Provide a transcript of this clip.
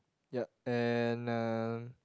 ya and uh